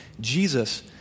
Jesus